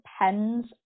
depends